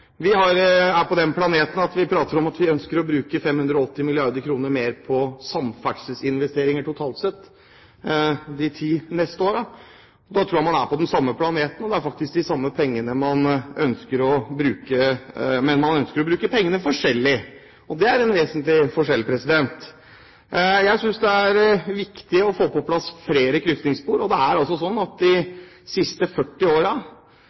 har tenkt å bruke opp mot 600 mrd. kr på et høyhastighetstog. Vi er på den planeten at vi prater om at vi ønsker å bruke 580 mrd. kr mer på samferdselsinvesteringer totalt sett de ti neste årene. Da tror jeg man er på den samme planeten – og det er faktisk de samme pengene man ønsker å bruke, men man ønsker å bruke pengene forskjellig. Det er en vesentlig forskjell.